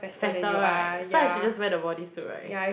fatter right so I should just wear the bodysuit right